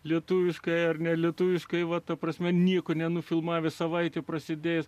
lietuviškai ar nelietuviškai va ta prasme nieko nenufilmavęs savaitė prasidės